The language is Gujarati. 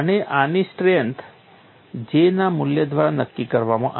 અને આની સ્ટ્રેંથ J ના મૂલ્ય દ્વારા નક્કી કરવામાં આવે છે